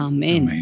Amen